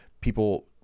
people